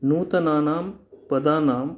नूतनानां पदानां